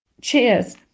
Cheers